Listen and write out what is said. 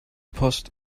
post